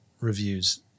reviews